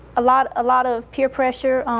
a lot a lot of peer pressure.